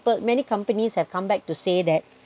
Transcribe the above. many companies have come back to say that